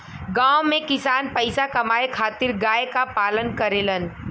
गांव में किसान पईसा कमाए खातिर गाय क पालन करेलन